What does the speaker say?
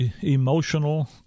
emotional